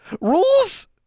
Rules